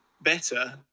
better